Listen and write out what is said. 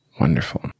Wonderful